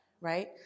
right